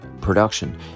production